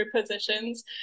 positions